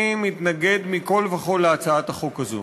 אני מתנגד מכול וכול להצעת החוק הזו.